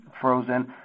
frozen